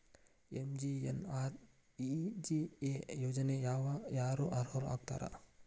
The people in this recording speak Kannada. ಎಂ.ಜಿ.ಎನ್.ಆರ್.ಇ.ಜಿ.ಎ ಯೋಜನೆಗೆ ಯಾರ ಯಾರು ಅರ್ಹರು ಆಗ್ತಾರ?